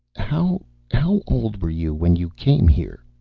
how how old were you when you came here?